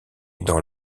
dans